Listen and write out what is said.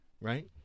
Right